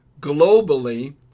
globally